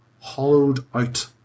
hollowed-out